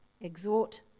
exhort